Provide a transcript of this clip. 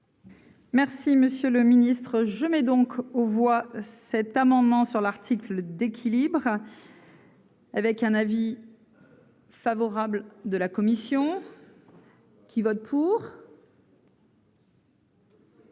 Merci, Monsieur le Ministre, je mets donc aux voix cet amendement sur l'article d'équilibre. Avec un avis favorable de la commission. Qui vote pour.